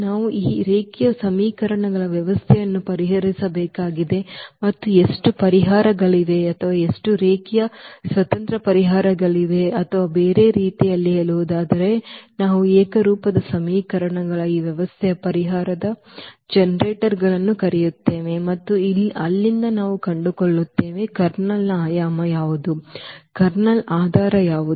ನಾವು ಈ ರೇಖೀಯ ಸಮೀಕರಣಗಳ ವ್ಯವಸ್ಥೆಯನ್ನು ಪರಿಹರಿಸಬೇಕಾಗಿದೆ ಮತ್ತು ಎಷ್ಟು ಪರಿಹಾರಗಳಿವೆ ಅಥವಾ ಎಷ್ಟು ರೇಖೀಯ ಸ್ವತಂತ್ರ ಪರಿಹಾರಗಳಿವೆ ಅಥವಾ ಬೇರೆ ರೀತಿಯಲ್ಲಿ ಹೇಳುವುದಾದರೆ ನಾವು ಏಕರೂಪದ ಸಮೀಕರಣಗಳ ಈ ವ್ಯವಸ್ಥೆಯ ಪರಿಹಾರದ ಜನರೇಟರ್ಗಳನ್ನು ಕರೆಯುತ್ತೇವೆ ಮತ್ತು ಅಲ್ಲಿಂದ ನಾವು ಕಂಡುಕೊಳ್ಳುತ್ತೇವೆ ಕರ್ನಲ್ನ ಆಯಾಮ ಯಾವುದು ಕರ್ನಲ್ನ ಆಧಾರ ಯಾವುದು